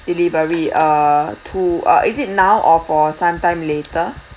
delivery uh two uh is it now or for sometime later